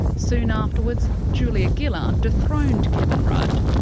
soon afterwards, julia gillard dethroned kevin rudd.